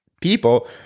people